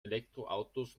elektroautos